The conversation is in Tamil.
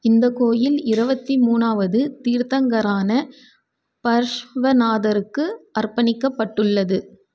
இந்த கோயில் இருவத்தி மூணாவது தீர்த்தங்கரான பர்ஷ்வநாதருக்கு அர்ப்பணிக்கப்பட்டுள்ளது